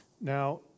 Now